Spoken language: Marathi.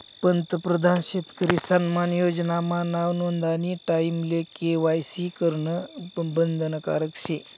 पंतप्रधान शेतकरी सन्मान योजना मा नाव नोंदानी टाईमले के.वाय.सी करनं बंधनकारक शे